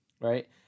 right